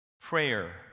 Prayer